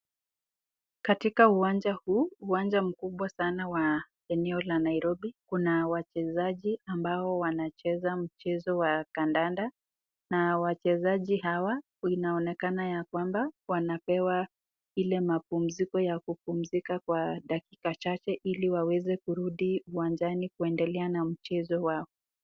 Katika uwanja huu, uwanja mkubwa sana wa eneo la Nairobi, kuna wachezaji ambao wanacheza mchezo wa kandanda. Na wachezaji hawa inaonekana ya kwamba wanapewa ile mapumziko ya kupumzika kwa dakika chache ili waweze kurudi uwanjani kuendelea na mchezo wao.